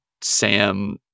sam